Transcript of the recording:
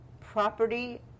property